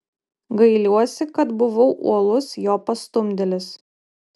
gailiuosi kad buvau uolus jo pastumdėlis